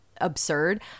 absurd